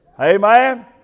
Amen